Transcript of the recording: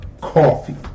coffee